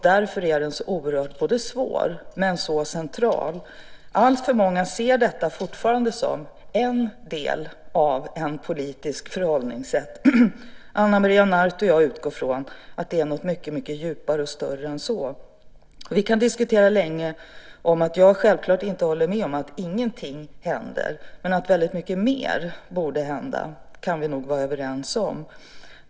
Därför är den så oerhört svår och samtidigt så central. Jag vet att vi båda delar den åsikten. Alltför många ser detta fortfarande som en del av ett politiskt förhållningssätt. Ana Maria Narti och jag utgår från att det är något mycket djupare och större än så. Jag håller självklart inte med om att ingenting händer, men vi är nog överens om att väldigt mycket mer borde hända.